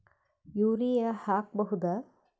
Urea ಹಾಕ್ ಬಹುದ?